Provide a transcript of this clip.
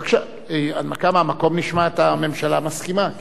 בבקשה, נשמע את הממשלה מסכימה.